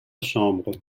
chambre